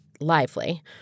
lively